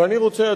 ואני רוצה,